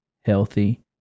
healthy